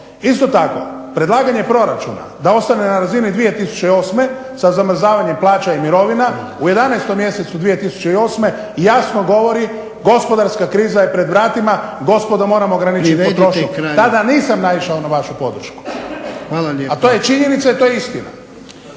Isto tako predlaganje proračuna da ostane na razini 2008. sa zamrzavanjem plaća i mirovina, u 11. mjesecu 2008. jasno govori gospodarska kriza je pred vratima, gospodo moramo ograničiti potrošnju. **Jarnjak, Ivan (HDZ)** Privedite kraju.